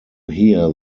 hear